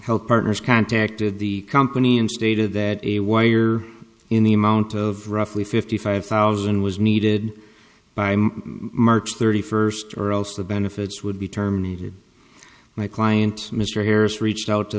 helped partners contacted the company and stated that a wire in the amount of roughly fifty five thousand was needed by march thirty first or else the benefits would be terminated my client mr harris reached out to